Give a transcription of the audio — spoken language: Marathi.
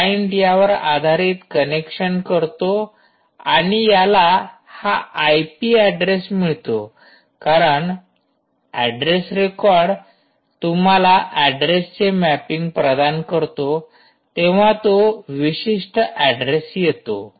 क्लाईंट यावर आधारित कनेक्शन करतो आणि याला हा आयपी ऍड्रेस मिळतो कारण ऍड्रेस रेकॉर्ड तुम्हाला ऍड्रेसचे म्यॅपिंग प्रदान करतो तेंव्हा तो विशिष्ट ऍड्रेस येतो